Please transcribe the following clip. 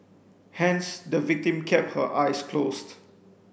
hence the victim kept her eyes closed